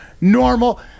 normal